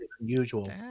unusual